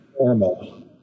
normal